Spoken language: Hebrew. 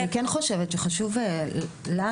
אני כן חושב שחשוב לנו,